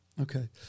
Okay